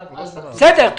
בסדר.